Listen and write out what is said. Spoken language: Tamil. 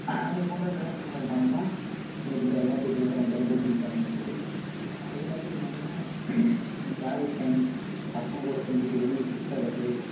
அது போன்ற காரணங்கள் தான் எனக்கு இந்த விளையாட்டு இதெல்லாம் ரொம்ப ரொம்ப பிடிக்க ஆரம்பித்தது அது மட்டும் இல்லாமல் இந்த ட்ராவல் டைம்ஸ் பசங்கள் கூட சேர்ந்துட்டு வெளியே சுத்தவது